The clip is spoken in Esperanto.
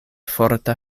forta